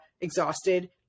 exhausted